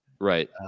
Right